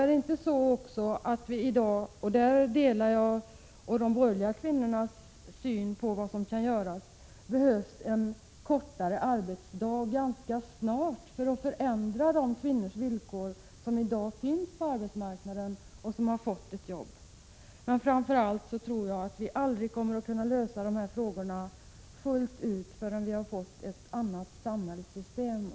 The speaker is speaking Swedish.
Är det inte också så, att det ganska snart — och där har jag samma uppfattning som de borgerliga kvinnorna om vad som kan göras — behöver införas en kortare arbetsdag för att villkoren för de kvinnor som i dag finns på arbetsmarknaden skall kunna förändras? Men framför allt tror jag att vi inte kommer att kunna lösa dessa frågor fullt ut förrän vi har fått ett annat samhällssystem.